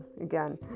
again